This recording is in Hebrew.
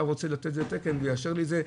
רוצה לתת את התקן והוא יאשר לי את זה,